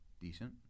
Decent